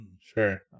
Sure